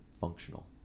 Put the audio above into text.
functional